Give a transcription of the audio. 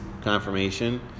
confirmation